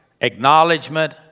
acknowledgement